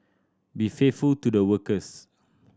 be faithful to the workers